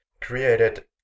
created